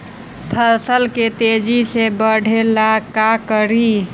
फसल के तेजी से बढ़ाबे ला का करि?